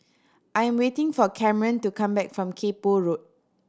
I am waiting for Camron to come back from Kay Poh Road